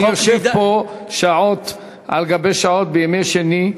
אני יושב פה שעות על גבי שעות בימי שני,